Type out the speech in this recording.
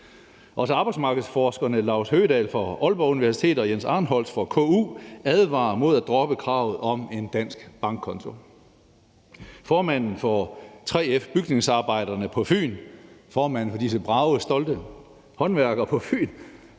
Og arbejdsmarkedsforskerne Laust Høgedahl fra Aalborg Universitet og Jens Arnholtz fra KU advarer mod at droppe kravet om en dansk bankkonto. Formanden for 3F Bygningsarbejderne Fyn, formanden for disse brave, stolte håndværkere på Fyn,